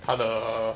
他的